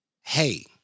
Hey